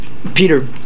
Peter